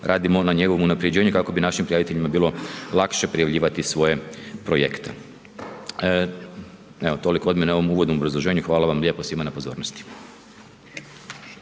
radimo na njegovom unaprjeđenju kako bi našim prijaviteljima bilo lakše prijavljivati svoje projekte. Evo, toliko od mene u ovom uvodnom obrazloženju. Hvala vam lijepo svima na pozornosti.